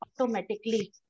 automatically